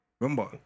Remember